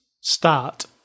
start